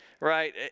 Right